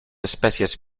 espècies